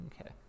Okay